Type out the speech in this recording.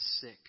sick